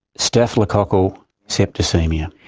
staphylococcal septicaemia.